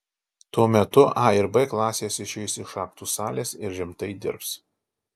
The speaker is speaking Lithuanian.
tuo metu a ir b klasės išeis iš aktų salės ir rimtai dirbs